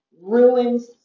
ruins